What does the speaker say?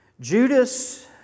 Judas